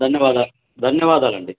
ధన్యవాదాలు ధన్యవాదాలండి